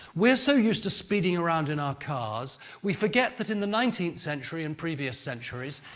we're so used to speeding around in our cars we forget that in the nineteenth century and previous centuries,